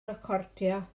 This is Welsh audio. recordio